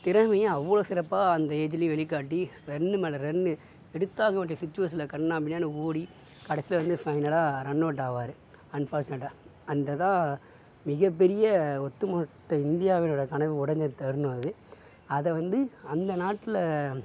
திறமையை அவ்வளோ சிறப்பாக அந்த ஏஜ்லையும் வெளிகாட்டி ரன்னு மேலே ரன்னு எடுத்தாக வேண்டிய சிச்சுவேஷனில் கன்னா பின்னானு ஓடி கடைசியில் வந்து பைனலாக ரன்அவுட் ஆவார் அன்ஃபார்ச்னேட்டாக அந்த தான் மிகப்பெரிய ஒட்டுமொத்த இந்தியாவினுடைய கனவு உடஞ்ச தருணம் அதை அதை வந்து அந்த நாட்டில்